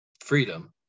freedom